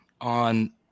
on